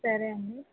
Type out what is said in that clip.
సరే అండీ